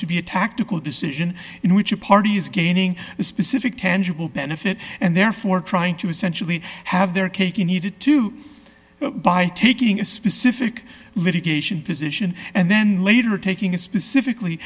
to be a tactical decision in which a party is gaining a specific tangible benefit and therefore trying to essentially have their cake and eat it too by taking a specific litigation position and then later taking a specifically